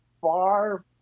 far